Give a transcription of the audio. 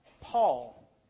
Paul